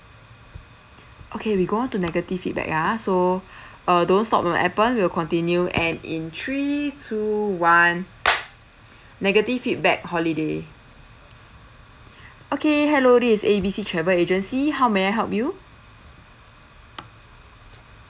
okay we go on to negative feedback ah so uh don't stop on Appen we'll continue and in three two one negative feedback holiday okay hello this A_B_C travel agency how may I help you